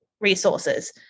resources